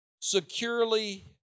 securely